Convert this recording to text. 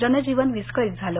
जनजीवन विस्कळीत झालं